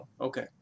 okay